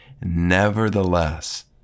nevertheless